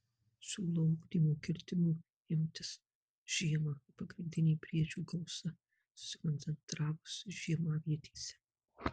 siūlau ugdymo kirtimų imtis žiemą kai pagrindinė briedžių gausa susikoncentravusi žiemavietėse